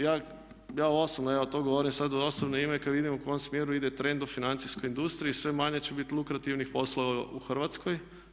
Ja osobno, evo to govorim sad u osobno ime, kad vidim u kojem smjeru ide trend u financijskoj industriji sve manje će biti lukrativnih poslova u Hrvatskoj.